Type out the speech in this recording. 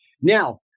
Now